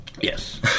yes